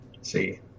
see